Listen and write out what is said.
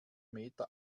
meter